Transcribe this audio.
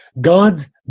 God's